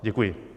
Děkuji.